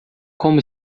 como